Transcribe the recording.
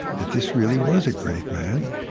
that this really was a great man,